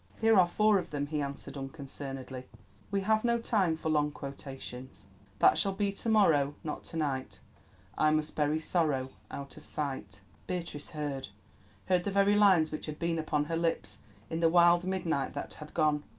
here are four of them, he answered unconcernedly we have no time for long quotations that shall be to-morrow, not to-night i must bury sorrow out of sight beatrice heard heard the very lines which had been upon her lips in the wild midnight that had gone.